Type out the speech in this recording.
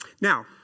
Now